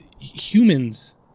humans